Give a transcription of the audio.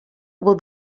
will